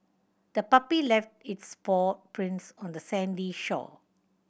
the puppy left its paw prints on the sandy shore